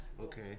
Okay